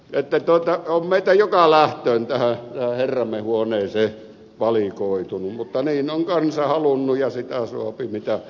että on meitä joka lähtöön tähän herramme huoneeseen valikoitunut mutta niin on kansa halunnut ja sitä suapi mitä anniskelloo